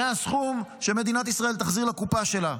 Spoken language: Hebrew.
זה הסכום שמדינת ישראל תחזיר לקופה שלה.